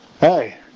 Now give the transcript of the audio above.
Hey